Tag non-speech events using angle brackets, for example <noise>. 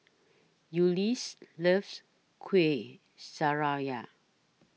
Ulises loves Kuih <unintelligible>